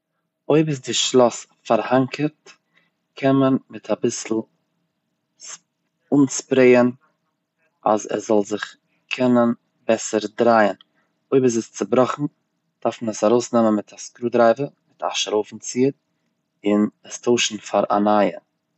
אויב איז די שלאס פארהאנקערט, קען מען מיט אביסל אנספרעיען אז עס זאל זיך קענען בעסער דרייען, אויב איז עס צובראכן, דארף מעו עס ארויסנעמען מיט א סקרודרייווער - מיט א שרויפנציער און עס טוישן פאר א נייע.